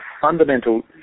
fundamental